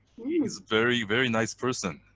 he is very, very nice person,